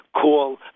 call